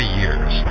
years